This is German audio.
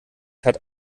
hat